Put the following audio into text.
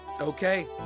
Okay